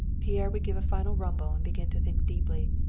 pierre would give a final rumble and begin to think deeply.